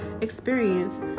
experience